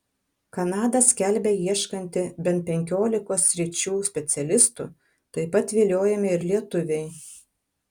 kanada skelbia ieškanti bent penkiolikos sričių specialistų taip pat viliojami ir lietuviai